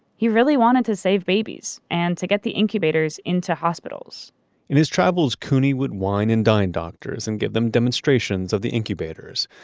he really wanted to save babies and to get the incubators into hospitals in his travels, couney would wine and dine doctors and give them demonstrations of the incubators.